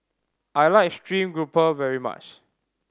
I like stream grouper very much